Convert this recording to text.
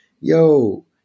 Yo